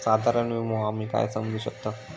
साधारण विमो आम्ही काय समजू शकतव?